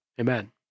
Amen